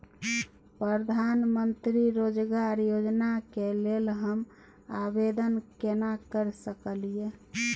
प्रधानमंत्री रोजगार योजना के लेल हम आवेदन केना कर सकलियै?